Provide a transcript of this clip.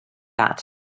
that